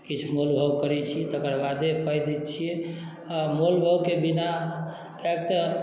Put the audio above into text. किछु मोल भाव करै छी तेकर बादे पाइ दै छियै मोल भाव के बिना कियाक तऽ